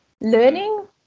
learning